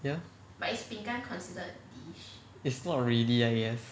ya it's not really I guess